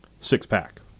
Six-Pack